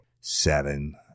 seven